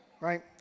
right